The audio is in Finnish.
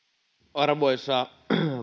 arvoisa